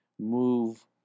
move